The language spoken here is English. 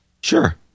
Sure